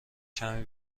کمی